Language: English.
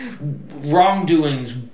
wrongdoings